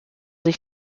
sich